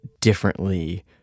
differently